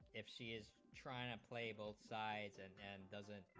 if she is try and play both sides and then does